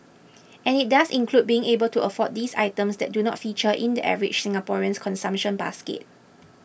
and it does include being able to afford those items that do not feature in the average Singaporean's consumption basket